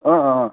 अँ अँ अँ